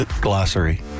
glossary